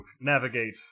navigate